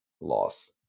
loss